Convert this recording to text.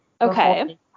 okay